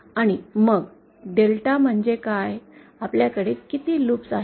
आणि मग डेल्टा म्हणजे काय आपल्याकडे किती लूप आहेत